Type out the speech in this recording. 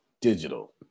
digital